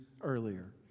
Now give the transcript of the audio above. earlier